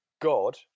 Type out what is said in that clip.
God